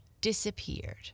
disappeared